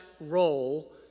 role